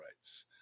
rights